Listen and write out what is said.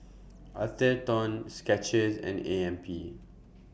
Atherton Skechers and A M P